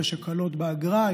יש הקלות באגרה,